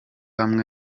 hamwe